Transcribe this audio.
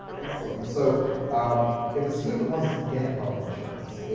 excellent. and so, um if a student wants to get health insurance,